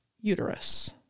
uterus